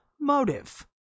motive